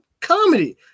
comedy